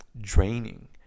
draining